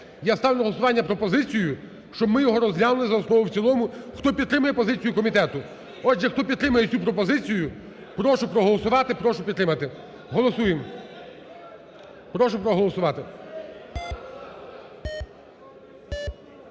Я ставлю на голосування пропозицію, щоб ми його розглянули за основу і в цілому, хто підтримує позицію комітету. Отже, хто підтримує цю пропозицію, прошу проголосувати, прошу підтримати. Голосуємо. Прошу проголосувати.